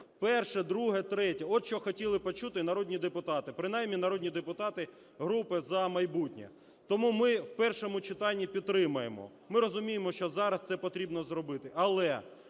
перше, друге, третє. От що хотіли почути народні депутати, принаймні народні депутати групи "За майбутнє". Тому ми в першому читанні підтримаємо, ми розуміємо, що зараз це потрібно зробити. Але